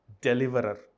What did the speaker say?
deliverer